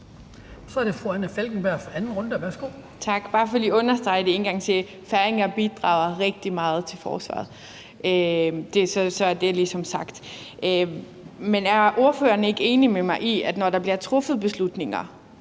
Kl. 15:29 Anna Falkenberg (SP): Tak. Jeg vil bare lige understrege det en gang til: Færinger bidrager rigtig meget til forsvaret. Så er det ligesom sagt. Men er ordføreren ikke enig med mig i, at når der bliver truffet beslutninger